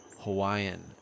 hawaiian